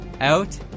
out